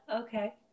Okay